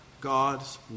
God's